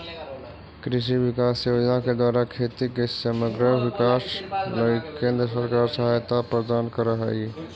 कृषि विकास योजना के द्वारा खेती के समग्र विकास लगी केंद्र सरकार सहायता प्रदान करऽ हई